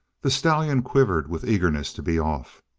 the stallion quivered with eagerness to be off.